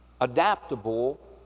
adaptable